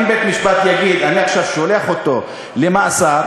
ואם בית-המשפט יגיד: אני עכשיו שולח אותו למאסר,